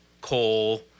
coal